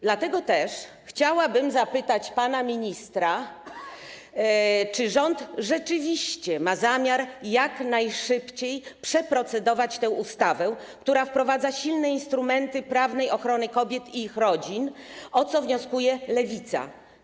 Dlatego też chciałabym zapytać pana ministra, czy rząd rzeczywiście ma zamiar jak najszybciej procedować nad tą ustawą, która wprowadza silne instrumenty prawnej ochrony kobiet i ich rodzin, o co wnioskuje Lewica.